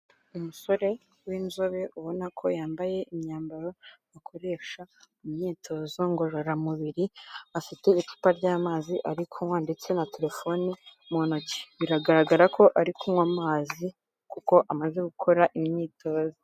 Umusore w'inzobe ubona ko yambaye imyambaro akoresha mu myitozo ngororamubiri afite icupa ry'amazi ari kunywa ndetse na telefone mu ntoki biragaragara ko ari kunywa amazi kuko amaze gukora imyitozo.